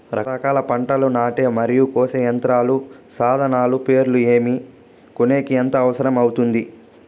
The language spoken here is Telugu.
రకరకాల పంటలని నాటే మరియు కోసే యంత్రాలు, సాధనాలు పేర్లు ఏమి, కొనేకి ఎంత అవసరం అవుతుంది?